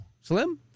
Slim